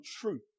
truth